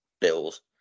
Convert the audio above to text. bills